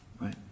right